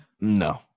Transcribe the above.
no